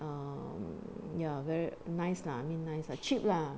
(uh huh) ya very nice lah mean nice ah cheap lah